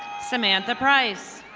samantha price.